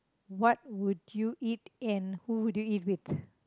what would you eat and who do you eat with